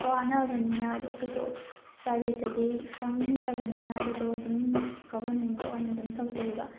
ꯋꯥꯅꯕꯅꯤꯅ ꯑꯗꯣ ꯑꯩꯈꯣꯏꯗꯣ ꯄ꯭ꯔꯥꯏꯚꯦꯠꯇꯗꯤ ꯆꯪꯅꯤꯡꯗꯕꯅꯤꯅ ꯑꯩꯈꯣꯏꯗꯣ ꯑꯗꯨꯝ ꯒꯚꯔꯟꯃꯦꯟꯇ ꯑꯗꯨꯝ ꯇꯧꯖꯩꯌꯦꯕ